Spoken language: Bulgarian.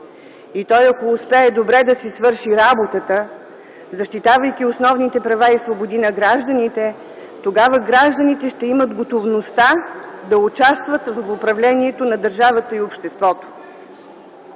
той успее добре да си свърши работата, защитавайки основните права и свободи на гражданите, тогава гражданите ще имат готовността да участват в управлението на държавата и обществото.